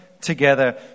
together